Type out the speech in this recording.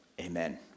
amen